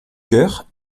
coeur